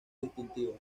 distintiva